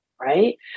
right